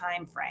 timeframe